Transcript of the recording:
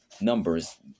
Numbers